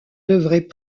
devrait